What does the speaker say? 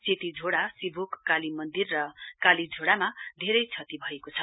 सेतीझोड़ा सिभोक काली मन्दिर र कालीझोड़ा धेरै क्षति भएको छ